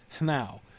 now